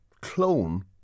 clone